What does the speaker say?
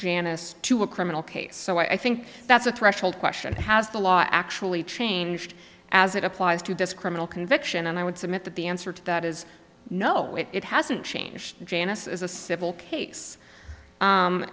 janice to a criminal case so i think that's a threshold question has the law actually changed as it applies to this criminal conviction and i would submit that the answer to that is no it hasn't changed janice is a civil case